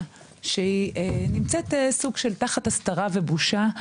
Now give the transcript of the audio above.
שהיא נמצאת סוג של תחת הסתרה ובושה,